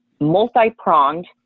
multi-pronged